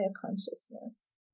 consciousness